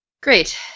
Great